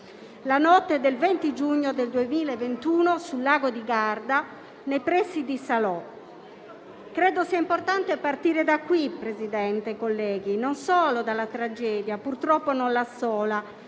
la notte del 19 giugno del 2021 sul lago di Garda, nei pressi di Salò. Credo sia importante partire da qui, signor Presidente, colleghi, non solo dalla tragedia, purtroppo non la sola,